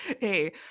hey